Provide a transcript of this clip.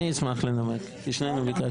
אני אשמח לנמק, כי שנינו ביקשנו.